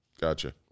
Gotcha